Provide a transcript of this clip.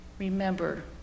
remember